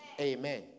Amen